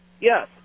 Yes